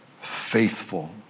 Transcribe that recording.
faithful